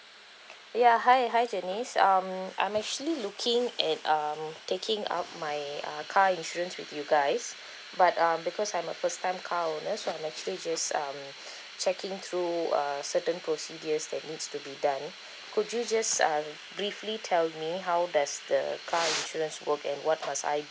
ya hi hi janice um I'm actually looking at um taking out my uh car insurance with you guys but uh because I'm a first time car owner so I'm actually just um checking through uh certain procedures that needs to be done could you just um briefly tell me how does the car insurance work and what must I